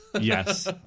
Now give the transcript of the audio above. Yes